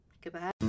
Goodbye